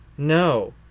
No